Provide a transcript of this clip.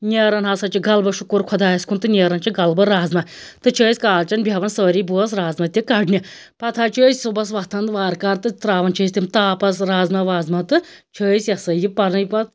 نیران ہَسا چھِ گَلبہٕ شکر خۄدایَس کُن تہٕ نیرَن چھِ گَلبہٕ رازمہ تہٕ چھِ أسۍ کالچَن بیٚہوان سٲری بٲژ رازمہ تہِ کَڈنہِ پَتہٕ حظ چھِ أسۍ صُبحَس وۄتھان وارکار تہٕ ترٛاوان چھِ أسۍ تِم تاپَس رازمہ وازمہ تہٕ چھِ أسۍ یہِ ہَسا یہِ پنٕنۍ پَتہٕ